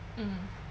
mm